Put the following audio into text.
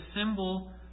symbol